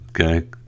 Okay